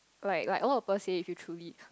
like like all above say if you truly